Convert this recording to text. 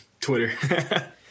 Twitter